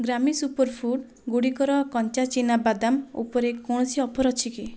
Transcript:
ଗ୍ରାମି superfood ଗୁଡ଼ିକର କଞ୍ଚା ଚିନା ବାଦାମ ଉପରେ କୌଣସି ଅଫର୍ ଅଛି କି